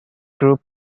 group